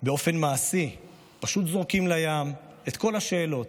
באופן מעשי פשוט זורקים לים את כל השאלות: